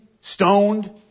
stoned